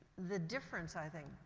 the difference, i think,